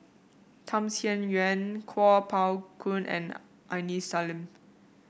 Tham Sien Yen Kuo Pao Kun and Aini Salim